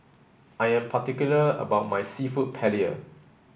I am particular about my Seafood Paella